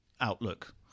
outlook